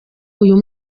uyu